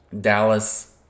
dallas